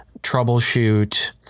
troubleshoot